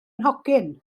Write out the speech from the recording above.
nhocyn